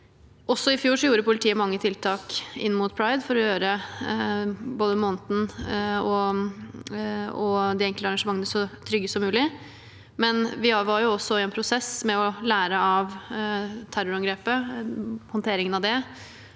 i fjor gjorde politiet mange tiltak inn mot pride for å gjøre både måneden og de enkelte arrangementene så trygge som mulig, men vi var jo også i en prosess med å lære av terrorangrepet – håndteringen av og